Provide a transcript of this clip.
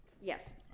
Yes